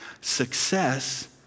Success